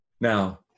Now